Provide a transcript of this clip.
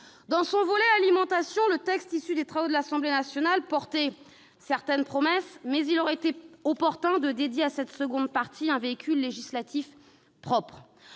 Dans son volet « alimentation », le texte issu des travaux de l'Assemblée nationale était porteur de promesses, mais il aurait été opportun de dédier à cette seconde partie un véhicule législatif propre.